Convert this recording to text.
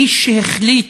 מי שהחליט